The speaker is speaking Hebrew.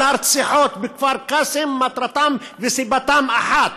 כל הרציחות בכפר קאסם מטרתן וסיבתן אחת: